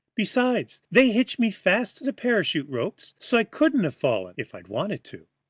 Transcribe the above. besides they hitched me fast the parachute ropes so i couldn't have fallen if i'd wanted to.